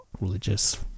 religious